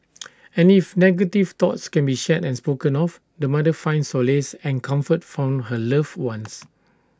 and if negative thoughts can be shared and spoken of the mother finds solace and comfort from her loved ones